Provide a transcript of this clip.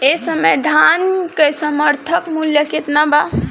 एह समय धान क समर्थन मूल्य केतना बा?